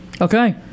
Okay